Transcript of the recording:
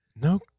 No